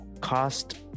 cost